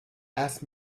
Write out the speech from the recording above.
asked